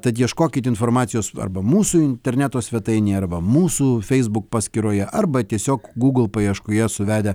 tad ieškokit informacijos arba mūsų interneto svetainėje arba mūsų facebook paskyroje arba tiesiog google paieškoje suvedę